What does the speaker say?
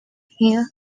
here